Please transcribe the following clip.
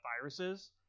viruses